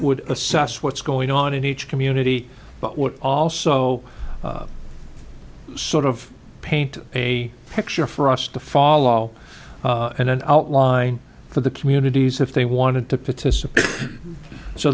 would assess what's going on in each community but would also sort of paint a picture for us to follow and an outline for the communities if they wanted to participate so